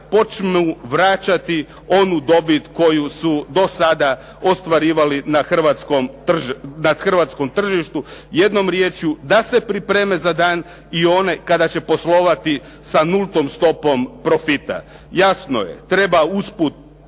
počnu vraćati onu dobit koju su do sada ostvarivali na hrvatskom tržištu. Jednom riječju da se pripreme za dan i one kada će poslovati sa nultom stopom profita. Jasno je treba usput